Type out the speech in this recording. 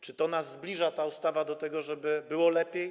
Czy nas zbliża ta ustawa do tego, żeby było lepiej?